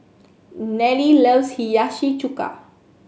Nelle loves Hiyashi Chuka